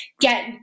get